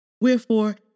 Wherefore